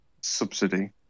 subsidy